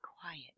quiet